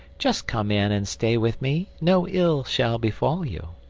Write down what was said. just come in and stay with me, no ill shall befall you.